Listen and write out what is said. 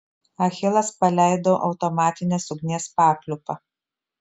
achilas paleido automatinės ugnies papliūpą